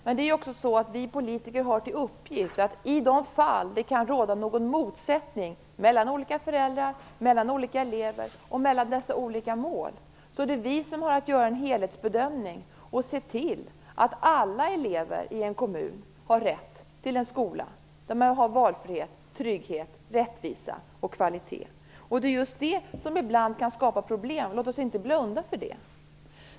Men vi politiker har också till uppgift att i de fall det kan råda någon motsättning mellan olika föräldrar, mellan olika elever och mellan olika mål att göra en helhetsbedömning och se till att alla elever i en kommun har rätt till en skola, där man har valfrihet, trygghet, rättvisa och kvalitet. Det är just det som ibland kan skapa problem - vi skall inte blunda för det.